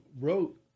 wrote